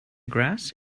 grass